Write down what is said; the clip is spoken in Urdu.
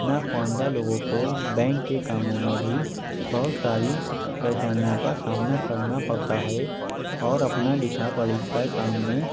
نا خواندہ لوگوں کو بینک کے کاموں میں بھی بہت ساری پریشانیوں کا سامنا کرنا پڑتا ہے اور اپنا لکھا پڑھی کا کام میں